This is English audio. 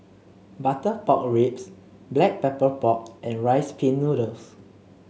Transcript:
Butter Pork Ribs Black Pepper Pork and Rice Pin Noodles